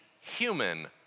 human